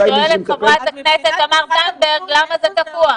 שואלת חברת הכנסת תמר זנדברג למה זה תקוע.